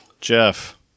Jeff